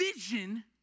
vision